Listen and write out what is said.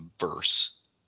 verse